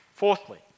Fourthly